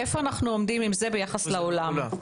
איפה אנחנו עומדים אם זה ביחס לעולם?